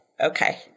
Okay